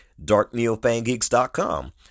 darkneofangeeks.com